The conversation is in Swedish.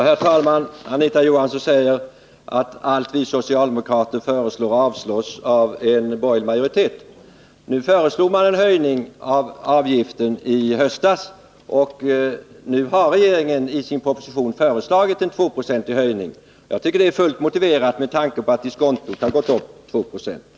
Herr talman! Anita Johansson säger att allt som socialdemokraterna föreslår avslås av en borgerlig majoritet. Man föreslog en höjning av kvarskatteavgiften i höstas, och nu har regeringen i sin proposition föreslagit en 2-procentig höjning av kvarskatteavgiften. Jag tycker att det är fullt motiverat med tanke på att diskontot har gått upp med 2 96.